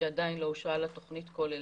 שעדיין לא אושרה לה תוכנית כוללנית,